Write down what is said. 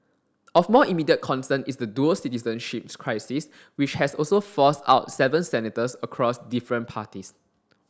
of more immediate concern is the dual citizenship crisis which has also forced out seven senators across different parties